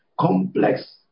complex